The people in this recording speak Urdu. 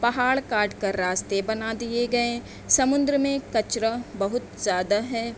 پہاڑ کاٹ کر راستے بنا دیئے گئے سمندر میں کچرا بہت زیادہ ہے